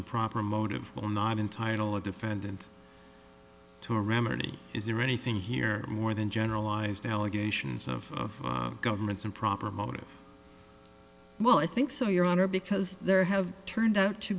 improper motive will not entitle a defendant to a remedy is there anything here more than generalized allegations of government's improper motive well i think so your honor because there have turned out to